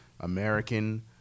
American